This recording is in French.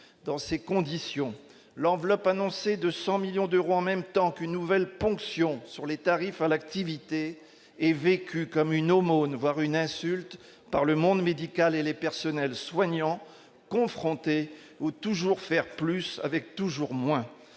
dans ces conditions, l'enveloppe annoncée de 100 millions d'euros en même temps qu'une nouvelle ponction sur les tarifs à l'activité est vécue comme une aumône, voire une insulte par le monde médical et les personnels soignants confrontés ou toujours faire plus avec toujours moins